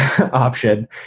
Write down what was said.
option